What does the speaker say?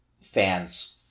fans